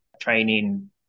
training